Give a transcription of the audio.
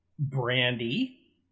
Brandy